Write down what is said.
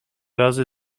razy